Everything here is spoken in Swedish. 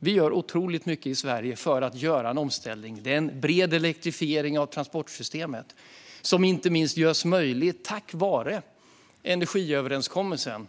Sverige gör otroligt mycket för att ställa om. Vi har en bred elektrifiering av transportsystemet, som inte minst görs möjlig tack vare energiöverenskommelsen.